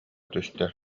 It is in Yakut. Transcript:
түстэ